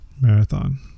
marathon